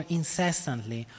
incessantly